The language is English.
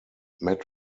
matt